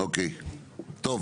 אוקיי, טוב.